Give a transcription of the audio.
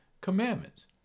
commandments